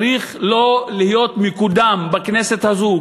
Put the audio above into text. צריך לא להיות מקודם בכנסת הזאת,